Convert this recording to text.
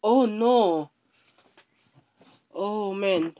oh no oh man